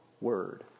word